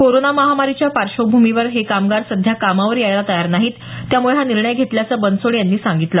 corona महामारीच्या पार्श्वभूमीवर हे कामगार सध्या कामावर यायला तयार नाहीत त्यामुळे हा निर्णय घेतल्याचं बनसोडे त्यांनी सांगितलं